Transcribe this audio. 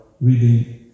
reading